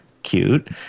cute